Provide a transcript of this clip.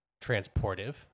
transportive